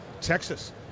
Texas